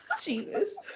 jesus